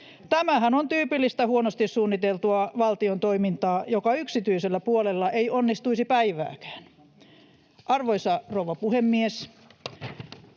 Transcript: Tämähän on tyypillistä huonosti suunniteltua valtion toimintaa, joka yksityisellä puolella ei onnistuisi päivääkään. Arvoisa rouva puhemies!